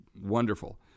wonderful